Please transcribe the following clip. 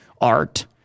art